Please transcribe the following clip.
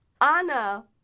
Anna